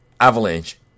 avalanche